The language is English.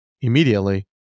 immediately